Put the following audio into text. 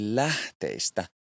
lähteistä